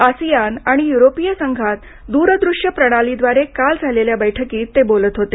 ASEAN आणि युरोपिय संघात दूरदृश्य प्रणालीद्वारे काल झालेल्या बैठकीत ते बोलत होते